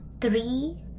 Three